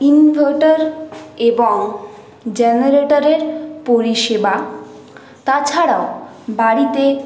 inverter এবং জেনারেটারের পরিষেবা তাছাড়াও বাড়িতে